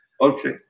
Okay